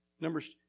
Numbers